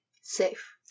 Safe